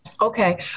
Okay